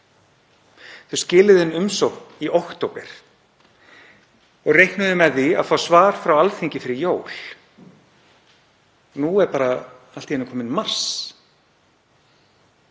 Þau skiluðu inn umsókn í október og reiknuðu með því að fá svar frá Alþingi fyrir jól. Nú er allt í einu kominn mars.